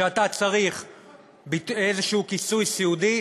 כשאתה צריך איזשהו כיסוי סיעודי,